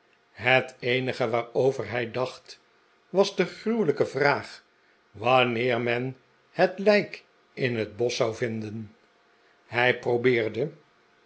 het eenige waarover hij dacht was de gruwelijke vraag wanneer men het lijk in het bosch zou vinden hij probeerde